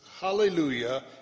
hallelujah